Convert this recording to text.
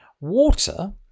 water